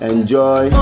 Enjoy